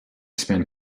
spend